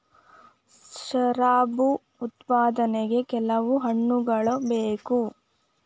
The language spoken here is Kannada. ಶರಾಬು ಉತ್ಪಾದನೆಗೆ ಕೆಲವು ಹಣ್ಣುಗಳ ಬೇಕು